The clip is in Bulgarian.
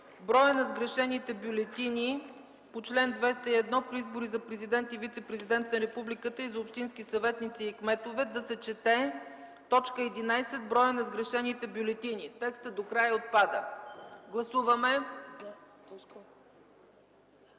броят на сгрешените бюлетини по чл. 201 по избори за Президент и вицепрезидент на Републиката и за общински съветници и кметове да се чете: т. 11 „броят на сгрешените бюлетини”. Текстът до края отпада.